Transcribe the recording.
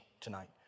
tonight